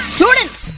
Students